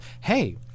hey